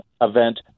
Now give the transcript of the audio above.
event